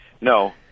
No